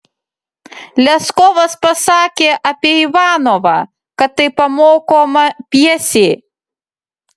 leskovas pasakė apie ivanovą kad tai pamokoma pjesė